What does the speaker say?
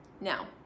now